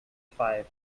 five